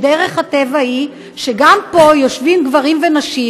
דרך הטבע היא שגם פה יושבים גברים ונשים,